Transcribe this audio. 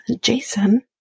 Jason